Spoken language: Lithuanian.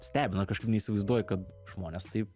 stebina kažkaip neįsivaizduoju kad žmonės taip